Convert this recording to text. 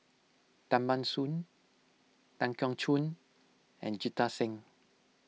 Tan Ban Soon Tan Keong Choon and Jita Singh